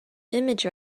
image